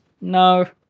No